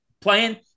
playing